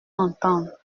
entendre